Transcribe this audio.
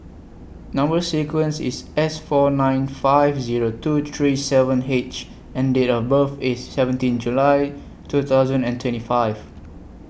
Number sequence IS S four nine five Zero two three seven H and Date of birth IS seventeen July two thousand and twenty five